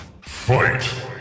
fight